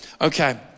Okay